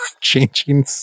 changing